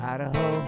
Idaho